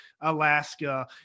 Alaska